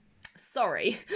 sorry